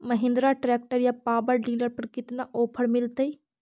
Mahindra tractor या power dealer पर कितना ओफर मीलेतय?